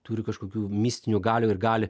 turi kažkokių mistinių galių ir gali